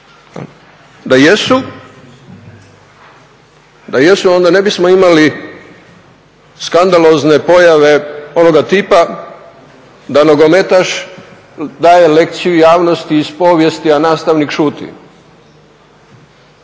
Da jesu, onda ne bismo imali skandalozne pojave onoga tipa da nogometaš daje lekciju javnosti iz povijesti, a nastavnik šuti.